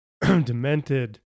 demented